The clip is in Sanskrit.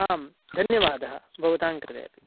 आं धन्यवादः भवतां कृते अपि